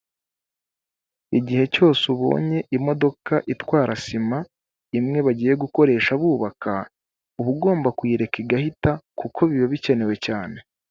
Igihe cyose ubonye imodoka itwara sima, imwe bagiye gukoresha bubaka uba ugomba kuyireka igahita kuko biba bikenewe cyane.